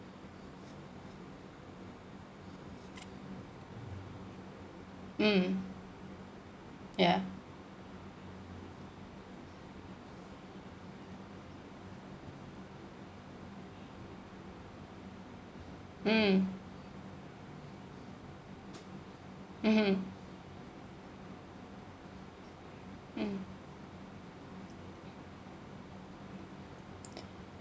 mm ya mm mmhmm mm